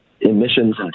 emissions